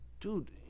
Dude